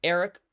Eric